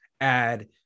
add